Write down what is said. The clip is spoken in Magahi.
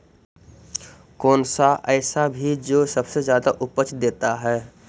कौन सा ऐसा भी जो सबसे ज्यादा उपज देता है?